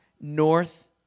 north